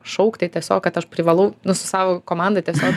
šaukti tiesiog kad aš privalau nu su savo komandą tiesiog